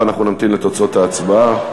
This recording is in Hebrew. אנחנו נמתין לתוצאות ההצבעה.